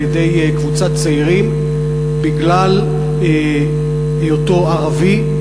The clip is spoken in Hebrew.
על-ידי קבוצת צעירים בגלל היותו ערבי.